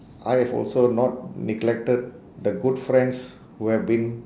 I have also not neglected the good friends who have been